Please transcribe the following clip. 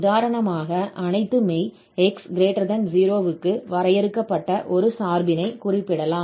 உதாரணமாக அனைத்து மெய் x 0 க்கு வரையறுக்கப்பட்ட ஒரு சார்பினைக் குறிப்பிடலாம்